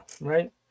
Right